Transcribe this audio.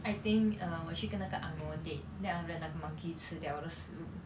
I think uh 我去跟那个 ang moh date then after that 那个 monkey 吃掉我的食物